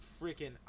freaking